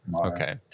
Okay